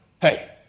hey